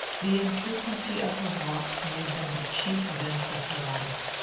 the infrequency of her walks made them the chief events of her life.